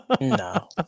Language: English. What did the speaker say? No